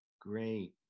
Great